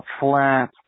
flat